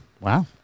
Wow